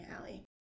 alley